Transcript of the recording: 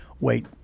wait